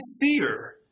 fear